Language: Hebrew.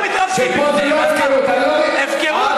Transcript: תשמע,